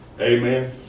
amen